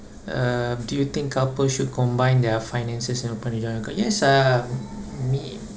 um do you think couples should combine their finances and open a joint account yes uh me